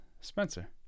Spencer